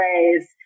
ways